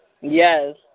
Yes